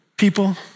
People